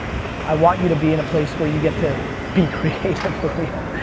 i want you to be in a place where you get to be creative for real,